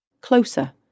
closer